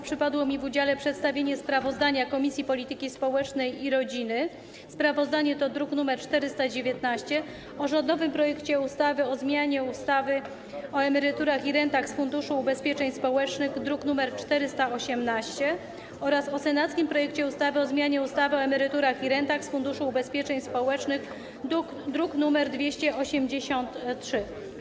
Przypadło mi w udziale przedstawienie sprawozdania Komisji Polityki Społecznej i Rodziny - sprawozdanie to druk nr 419 - o rządowym projekcie ustawy o zmianie ustawy o emeryturach i rentach z Funduszu Ubezpieczeń Społecznych, druk nr 418, oraz o senackim projekcie ustawy o zmianie ustawy o emeryturach i rentach z Funduszu Ubezpieczeń Społecznych, druk nr 283.